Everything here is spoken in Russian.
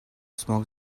смог